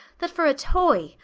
that for a toy,